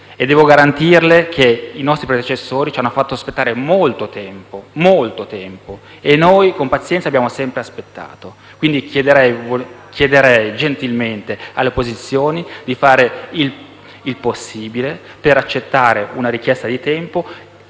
e posso garantirle che i nostri predecessori ci hanno fatto aspettare molto tempo, e noi con pazienza abbiamo sempre aspettato. Quindi chiederei gentilmente alle opposizioni di fare il possibile per accettare una richiesta di tempo